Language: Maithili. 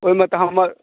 ओहिमे तऽ हमर